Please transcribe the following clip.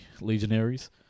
Legionaries